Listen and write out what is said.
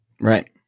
Right